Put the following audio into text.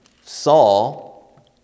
Saul